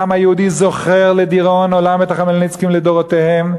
העם היהודי זוכר לדיראון עולם את החמלניצקים לדורותיהם,